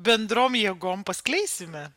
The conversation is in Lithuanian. bendrom jėgom paskleisime